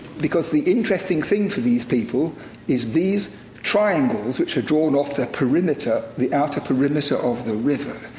because the interesting thing for these people is these triangles, which are drawn off the perimeter, the outer perimeter of the river.